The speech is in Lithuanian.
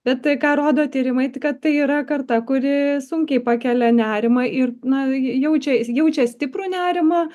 bet ką rodo tyrimai kad tai yra karta kuri sunkiai pakelia nerimą ir na jaučia jaučia stiprų nerimą